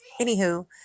Anywho